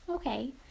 Okay